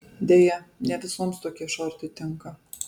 deja ne visoms tokie šortai tinka